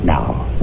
Now